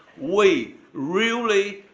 we really,